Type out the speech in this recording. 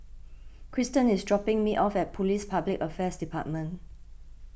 Krysten is dropping me off at Police Public Affairs Department